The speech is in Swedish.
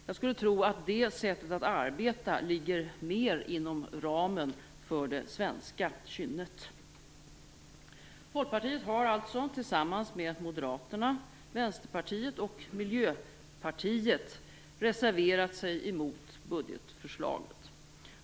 Jag skulle tro att det sättet att arbeta ligger mer inom ramen för det svenska kynnet. Folkpartiet har alltså tillsammans med Moderaterna, Vänsterpartiet och Miljöpartiet reserverat sig mot budgetförslaget.